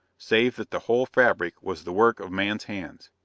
save that the whole fabric was the work of man's hands.